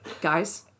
Guys